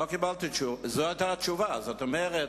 זאת היתה התשובה, זאת אומרת,